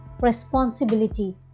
responsibility